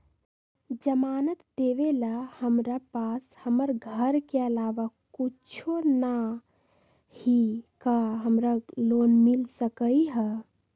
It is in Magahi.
जमानत देवेला हमरा पास हमर घर के अलावा कुछो न ही का हमरा लोन मिल सकई ह?